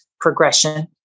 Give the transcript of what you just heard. progression